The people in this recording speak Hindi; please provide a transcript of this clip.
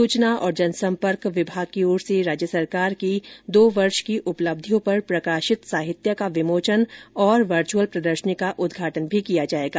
सूचना और जनसम्पर्क विभाग की ओर से राज्य सरकार की दो वर्ष की उपलब्धियों पर प्रकाशित साहित्य का विमोचन और वर्चुअल प्रदर्शनी का उद्घाटन भी किया जायेगा